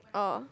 oh